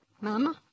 Mama